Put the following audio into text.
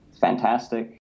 fantastic